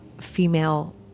female